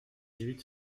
huit